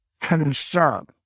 concern